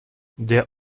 der